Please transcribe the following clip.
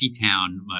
town